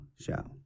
show